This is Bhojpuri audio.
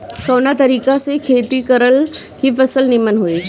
कवना तरीका से खेती करल की फसल नीमन होई?